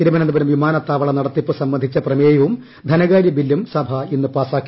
തിരുവനന്തപുരം വിമാനത്താപ്പള നടത്തിപ്പ് സംബന്ധിച്ച പ്രമേയവും ധനകാര്യബില്ലും സഭ ഇന്നീ പാസാക്കി